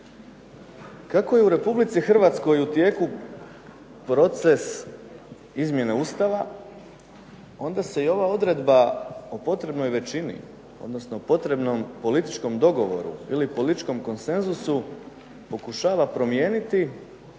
Kako je u RH u tijeku proces izmjene Ustava onda se i ova odredba o potrebnoj većini, odnosno o potrebnom političkom dogovoru ili političkom konsenzusu, pokušava promijeniti